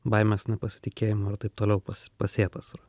baimės nepasitikėjimo ir taip toliau pas pasėtas yra